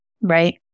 Right